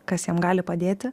kas jam gali padėti